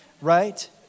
right